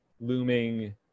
looming